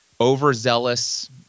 overzealous